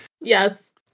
Yes